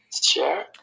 share